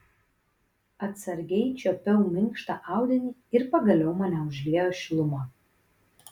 atsargiai čiuopiau minkštą audinį ir pagaliau mane užliejo šiluma